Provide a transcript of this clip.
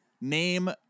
name